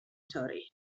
torri